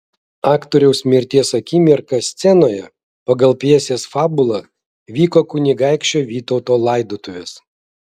aktoriaus mirties akimirką scenoje pagal pjesės fabulą vyko kunigaikščio vytauto laidotuvės